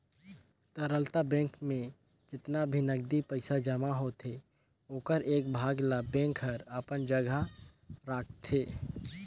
तरलता बेंक में जेतना भी नगदी पइसा जमा होथे ओखर एक भाग ल बेंक हर अपन जघा राखतें